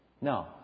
No